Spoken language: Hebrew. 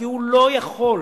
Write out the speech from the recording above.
כי הוא לא יכול,